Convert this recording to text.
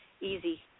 easy